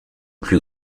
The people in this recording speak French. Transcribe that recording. plus